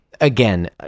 again